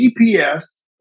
GPS